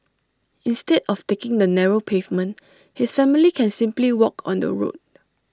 instead of taking the narrow pavement his family can simply walk on the road